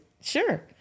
sure